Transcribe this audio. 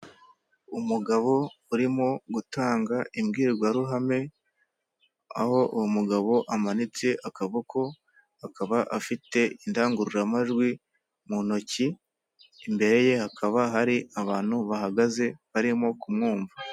Umugabo urimo gutanga imbwirwaruhame aho uwo mugabo amanitse akaboko akaba afite indangururamajwi mu ntoki imbere ye hakaba hari abantu bahagaze barimo kumwumva .